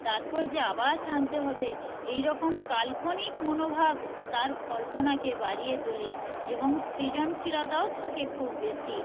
তারপর যে আবার টানতে হবে এই রকম কাল্পনিক মনোভাব তার কল্পনাকে বাড়িয়ে তোলে এবং সৃজনশীলতাও থাকে খুব বেশি